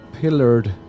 pillared